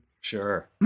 Sure